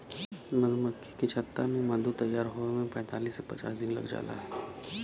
मधुमक्खी के छत्ता में मधु तैयार होये में पैंतालीस से पचास दिन लाग जाला